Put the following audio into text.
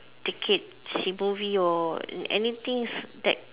ticket see movie or an~ anything that